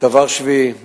דבר שביעי,